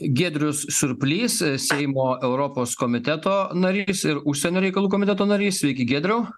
giedrius surplys seimo europos komiteto narys ir užsienio reikalų komiteto narys sveiki giedrau